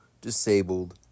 disabled